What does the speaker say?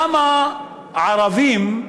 כמה ערבים,